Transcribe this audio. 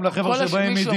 גם לחבר'ה שבאים מדימונה,